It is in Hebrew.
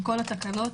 בכל התקנות,